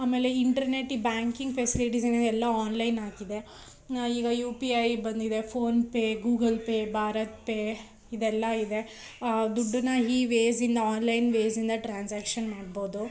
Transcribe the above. ಆಮೇಲೆ internet banking ಫೆಸ್ಲಿಟೀಸಿನೂ ಎಲ್ಲ ಆನ್ಲೈನ್ ಆಗಿದೆ ಈಗ ಯು ಪಿ ಐ ಬಂದಿದೆ ಫೋನ್ಪೇ ಗೂಗಲ್ ಪೇ ಭಾರತ್ಪೇ ಇದೆಲ್ಲ ಇದೆ ದುಡ್ಡನ್ನು ಈ ವೇಸಿಂದ ಆನ್ಲೈನ್ವೇಸಿಂದ ಟ್ರಾನ್ಸಾಕ್ಷನ್ ಮಾಡ್ಬೌದು